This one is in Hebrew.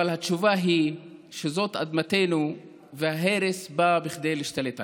אבל התשובה היא שזאת אדמתנו וההרס בא כדי להשתלט עליה.